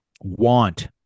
want